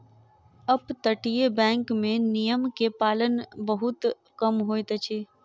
अपतटीय बैंक में नियम के पालन बहुत कम होइत अछि